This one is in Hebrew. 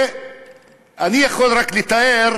ואני יכול רק לתאר,